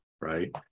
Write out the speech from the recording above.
right